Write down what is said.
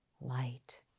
light